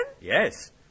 Yes